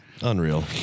Unreal